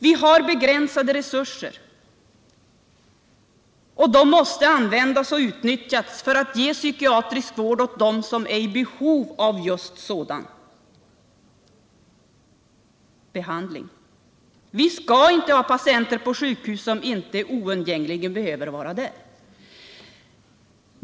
Vi har begränsade resurser vilka måste användas och utnyttjas för att ge psykiatrisk vård åt dem som är i behov av just sådan behandling. Vi skall inte ha patienter på sjukhus, vilka inte oundgängligen bör vara där.